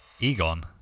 Egon